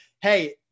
Hey